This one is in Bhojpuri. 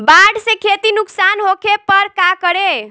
बाढ़ से खेती नुकसान होखे पर का करे?